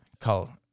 call